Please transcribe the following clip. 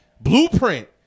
Blueprint